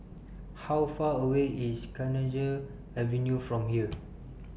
How Far away IS Kenanga Avenue from here